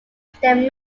then